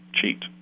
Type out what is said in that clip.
cheat